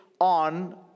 on